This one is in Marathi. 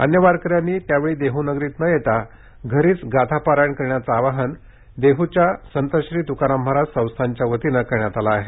अन्य वारकऱ्यांनी त्यावेळी देहूनगरीत न येता घरीच गाथा पारायण करण्याचं आवाहन देहूच्या संत श्री तुकाराम महाराज संस्थानच्या वतीनं करण्यात आलं आहे